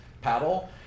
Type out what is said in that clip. paddle